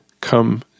come